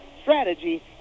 strategy